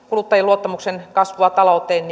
kuluttajien luottamuksen kasvua talouteen